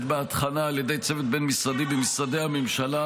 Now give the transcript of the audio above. בהכנה על ידי צוות בין-משרדי במשרדי הממשלה.